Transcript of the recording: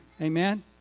Amen